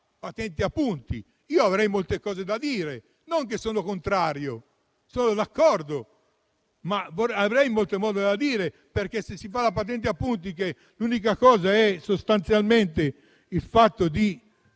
patente a punti. Io avrei molte cose da dire: non sono contrario, sono d'accordo, ma avrei molte cose da dire, perché se si fa la patente a punti, per cui l'unica previsione è sostanzialmente quella di